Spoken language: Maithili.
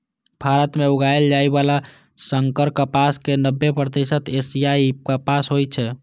भारत मे उगाएल जाइ बला संकर कपास के नब्बे प्रतिशत एशियाई कपास होइ छै